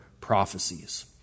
prophecies